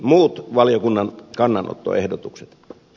muut valiokunnan kannanottoehdotukset